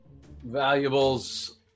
valuables